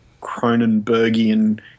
Cronenbergian